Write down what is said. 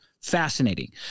Fascinating